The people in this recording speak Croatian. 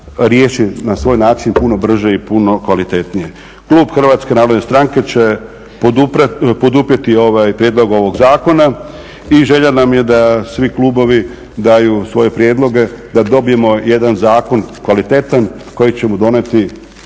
na svoj način puno brže i puno kvalitetnije. Klub HNS-a će poduprijeti prijedlog ovog zakona i želja nam je da svi klubovi daju svoje prijedloge da dobijemo jedan kvalitetan zakon koji ćemo donijeti